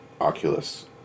Oculus